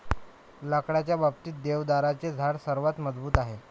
लाकडाच्या बाबतीत, देवदाराचे झाड सर्वात मजबूत आहे